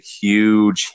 huge